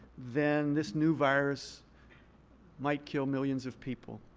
then this new virus might kill millions of people